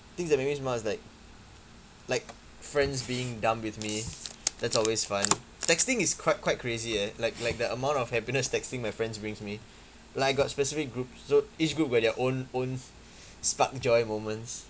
things that make me smile is like like friends being dumb with me that's always fun texting is quite quite crazy eh like like the amount of happiness texting my friends brings me like I got specific groups so each group will have their own own spark joy moments